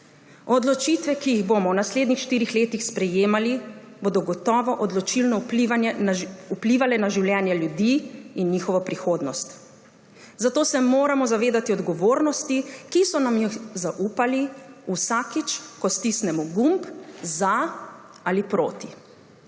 Odločitve, ki jih bomo v naslednjih štirih letih sprejemali, bodo gotovo odločilno vplivale na življenja ljudi in njihovo prihodnost, zato se moramo zavedati odgovornosti, ki so nam jih zaupali, vsakič ko stisnemo gumb za ali proti.